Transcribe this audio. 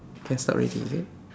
can start already is it